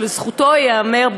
ולזכותו ייאמר,